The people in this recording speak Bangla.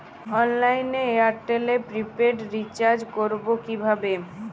অনলাইনে এয়ারটেলে প্রিপেড রির্চাজ করবো কিভাবে?